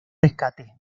rescate